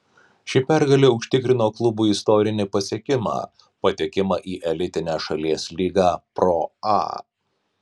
ši pergalė užtikrino klubui istorinį pasiekimą patekimą į elitinę šalies lygą pro a